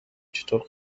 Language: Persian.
خطور